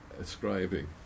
ascribing